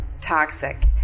toxic